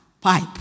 pipe